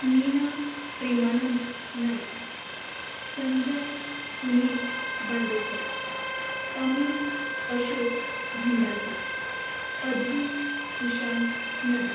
Meena Premanand Naik Sanjay Sunil Bandekar Amit Ashok Bhandari Adveek Sushant Naik